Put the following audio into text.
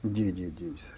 جی جی جی سر